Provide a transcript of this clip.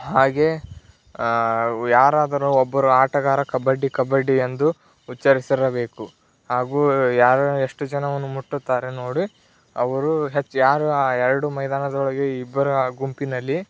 ಹಾಗೇ ಯಾರಾದರೂ ಒಬ್ಬರು ಆಟಗಾರ ಕಬಡ್ಡಿ ಕಬಡ್ಡಿ ಎಂದು ಉಚ್ಚರಿಸಿರಬೇಕು ಹಾಗೂ ಯಾರು ಎಷ್ಟು ಜನವನ್ನು ಮುಟ್ಟುತ್ತಾರೆ ನೋಡಿ ಅವರು ಹೆಚ್ಚು ಯಾರು ಆ ಎರಡು ಮೈದಾನದೊಳಗೆ ಇಬ್ಬರ ಗುಂಪಿನಲ್ಲಿ